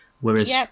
Whereas